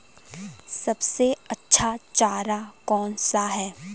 सबसे अच्छा चारा कौन सा है?